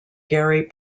gary